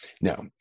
Now